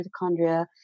mitochondria